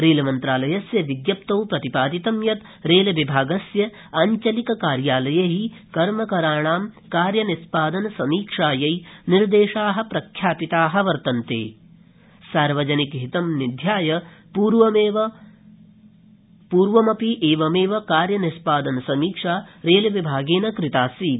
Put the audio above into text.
रस्त्रिमन्त्रालयस्य विज्ञप्तौ प्रतिपादितं यत् रस्त्विभागस्य आञ्चलिक कार्यालयै कर्मकराणां कार्यनिष्पादन समीक्षायै निर्देशा प्रख्यापिता वर्तन्त सार्वजनिकहितं निध्याय पूर्वमपि एवमद्व कार्यनिष्पादन समीक्षा रत्त्विभाग िक्रितासीत्